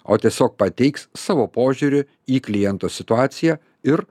o tiesiog pateiks savo požiūrį į kliento situaciją ir